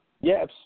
Yes